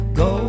go